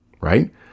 right